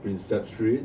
prinsep street